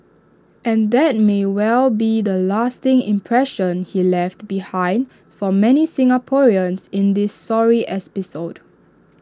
and that may well be the lasting impression he left behind for many Singaporeans in this sorry